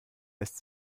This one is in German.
lässt